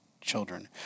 children